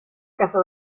casa